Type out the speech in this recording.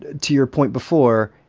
to your point before,